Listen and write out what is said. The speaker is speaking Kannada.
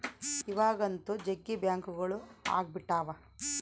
ಇವಾಗಂತೂ ಜಗ್ಗಿ ಬ್ಯಾಂಕ್ಗಳು ಅಗ್ಬಿಟಾವ